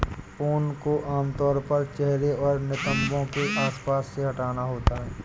ऊन को आमतौर पर चेहरे और नितंबों के आसपास से हटाना होता है